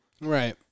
Right